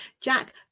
jack